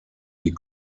die